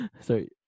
Sorry